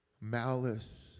malice